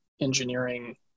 engineering